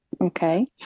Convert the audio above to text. Okay